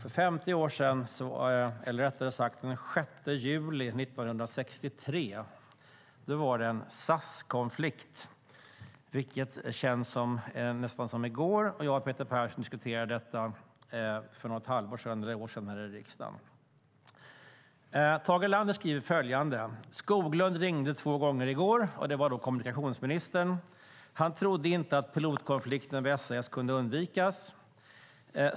Den 6 juli 1963 var det en SAS-konflikt, vilket känns nästan som i går. Jag har Peter Persson diskuterade det för något halvår eller ett år sedan här i riksdagen. Tage Erlander skriver följande: "Skoglund ringde två gånger i går." Det var då kommunikationsministern. "Han trodde inte att pilotkonflikten vid S.A.S. kunde undvikas.